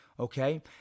Okay